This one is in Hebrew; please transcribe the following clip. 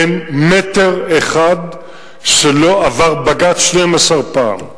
אין מטר אחד שלא עבר בג"ץ 12 פעם,